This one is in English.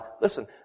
listen